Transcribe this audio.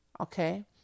Okay